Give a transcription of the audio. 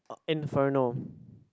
Inferno